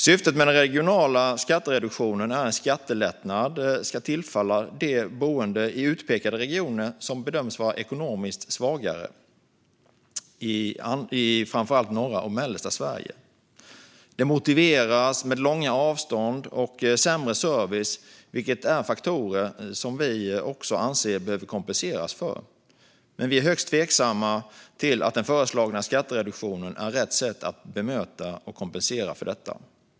Syftet med den regionala skattereduktionen är att en skattelättnad ska tillfalla boende i de utpekade regioner som bedöms vara ekonomiskt svagare i framför allt norra och mellersta Sverige. Det motiveras med långa avstånd och sämre service, vilket är faktorer som vi också anser behöver kompenseras för. Men vi är högst tveksamma till att den föreslagna skattereduktionen är rätt sätt att bemöta och kompensera för detta.